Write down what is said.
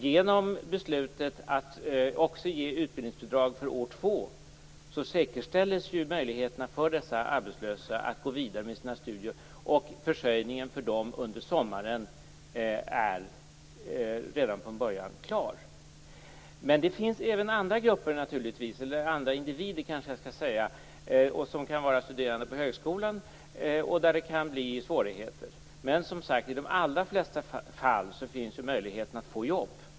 Genom beslutet att också ge utbildningsbidrag för år två säkerställes möjligheterna för dessa arbetslösa att gå vidare med sina studier, och försörjningen för dem under sommaren är redan från början klar. Det finns naturligtvis även andra individer som studerar på högskolan och för vilka det kan uppstå svårigheter. Men som sagt, i de allra flesta fall finns möjligheten att få jobb.